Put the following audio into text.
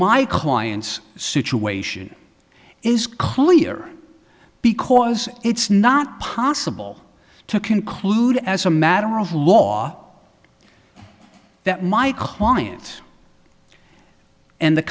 my client's situation is clear because it's not possible to conclude as a matter of law that my client and the